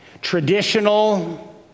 traditional